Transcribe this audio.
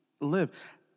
live